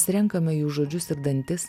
renkame jų žodžius ir dantis